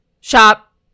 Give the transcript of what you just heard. Shop